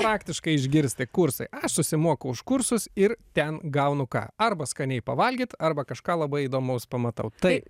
faktiškai išgirsti kursai susimoku už kursus ir ten gaunu ką arba skaniai pavalgyti arba kažką labai įdomaus pamatau tai